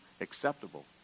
acceptable